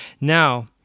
Now